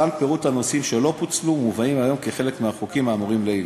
להלן פירוט הנושאים שלא פוצלו ומובאים היום כחלק מהחוקים האמורים לעיל: